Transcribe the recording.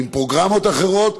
ועם פרוגרמות אחרות,